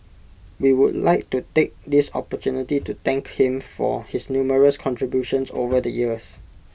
we would like to take this opportunity to thank him for his numerous contributions over the years